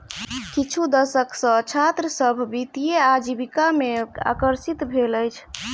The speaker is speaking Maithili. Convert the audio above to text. किछु दशक सॅ छात्र सभ वित्तीय आजीविका में आकर्षित भेल अछि